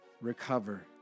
recover